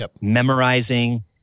memorizing